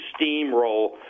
steamroll